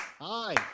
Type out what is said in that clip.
hi